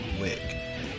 wig